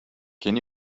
can